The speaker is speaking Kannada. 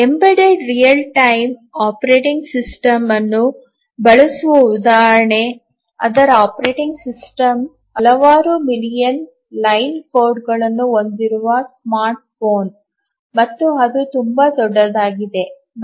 embedded real time operating system ಅನ್ನು ಬಳಸುವ ಉದಾಹರಣೆ ಅದರ ಆಪರೇಟಿಂಗ್ ಸಿಸ್ಟಮ್ ಹಲವಾರು ಮಿಲಿಯನ್ ಲೈನ್ ಕೋಡ್ಗಳನ್ನು ಹೊಂದಿರುವ ಸ್ಮಾರ್ಟ್ ಫೋನ್ ಮತ್ತು ಅದು ತುಂಬಾ ದೊಡ್ಡದಾಗಿದೆ ಮತ್ತು